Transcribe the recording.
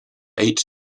eight